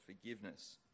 forgiveness